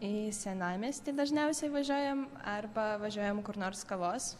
į senamiestį dažniausiai važiuojam arba važiuojam kur nors kavos